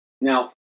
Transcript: Now